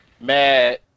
mad